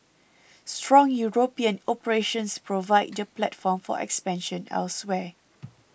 strong European operations provide the platform for expansion elsewhere